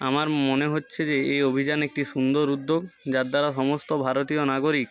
আমার মনে হচ্ছে যে এই অভিযান একটি সুন্দর উদ্যোগ যার দ্বারা সমস্ত ভারতীয় নাগরিক